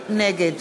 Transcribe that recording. נגד